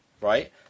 right